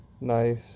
Nice